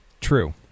True